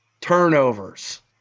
turnovers